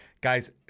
guy's